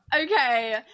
Okay